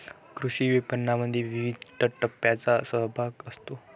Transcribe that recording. कृषी विपणनामध्ये विविध टप्प्यांचा सहभाग असतो